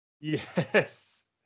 Yes